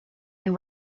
and